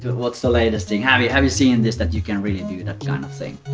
but what's the latest thing? have you have you seen this that you can really do? that kind of thing.